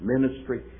ministry